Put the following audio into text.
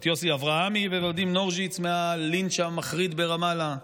את יוסי אברהמי וואדים נורזיץ' מהלינץ' המחריד ברמאללה?